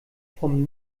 vom